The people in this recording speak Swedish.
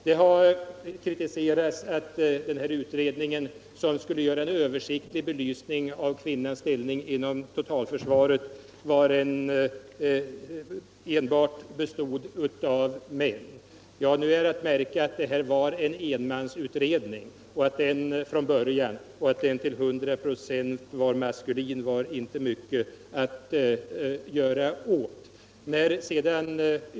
Det har kritiserats att den här utredningen, som skulle göra en översiktlig belysning av kvinnans ställning inom totalförsvaret, enbart bestod av män. Nu är att märka att den från början var en enmansutredning, och att den till 100 96 var maskulin var inte mycket att göra åt.